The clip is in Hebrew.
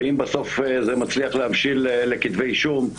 ואם בסוף זה מצליח להבשיל לכתבי אישום.